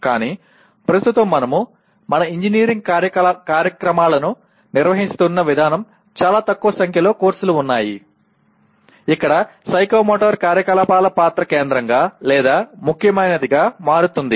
కానీ ప్రస్తుతం మనము మన ఇంజనీరింగ్ కార్యక్రమాలను నిర్వహిస్తున్న విధానం చాలా తక్కువ సంఖ్యలో కోర్సులు ఉన్నాయి ఇక్కడ సైకోమోటర్ కార్యకలాపాల పాత్ర కేంద్రంగా లేదా ముఖ్యమైనదిగా మారుతుంది